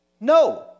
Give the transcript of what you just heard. No